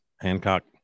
Hancock